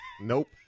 Nope